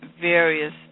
various